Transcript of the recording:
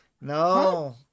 No